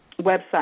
website